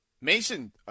Mason